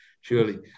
surely